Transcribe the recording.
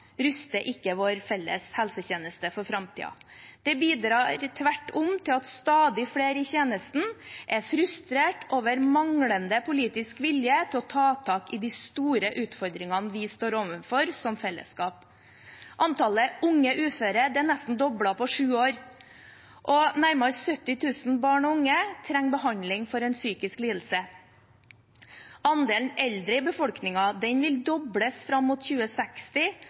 ruster ikke vår felles helsetjeneste for framtiden. Det bidrar tvert om til at stadig flere i tjenesten er frustrert over manglende politisk vilje til å ta tak i de store utfordringene vi står overfor som felleskap. Antallet unge uføre er nesten doblet på sju år. Nærmere 70 000 barn og unge trenger behandling for en psykisk lidelse. Andelen eldre i befolkningen vil dobles fram mot 2060,